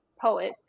poet